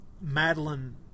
Madeline